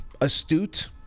astute